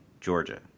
Georgia